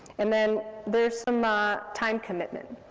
and then there's some ah time commitment,